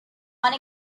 one